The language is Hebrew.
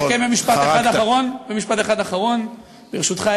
אסכם במשפט אחד אחרון, ברשותך.